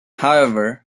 however